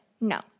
no